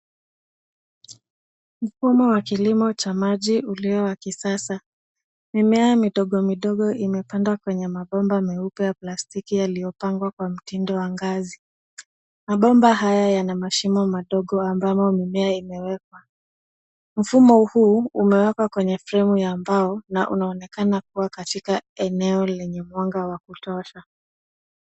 Mfumo wa kilimo cha maji ulio wa kisasa. Mimea midogo midogo imepandwa kwenye mabomba meupe ya plastiki yaliyopangwa kwa mtindo wa ngazi. Mabomba haya yana mashimo madogo ambamo mimea imewekwa. Mfumo huu umewekwa kwenye fremu ya mbao na unaonekana kuwa katika eneo lenye mwanga wa kutosha.